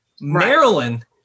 Maryland